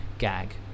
Gag